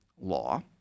Law